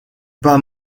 pas